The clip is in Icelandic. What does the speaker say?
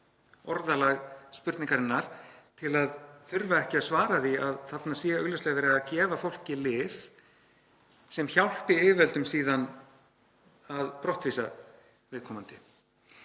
orðalag spurningarinnar til að þurfa ekki að svara því að þarna sé augljóslega verið að gefa fólki lyf sem hjálpi yfirvöldum síðan að brottvísa viðkomandi.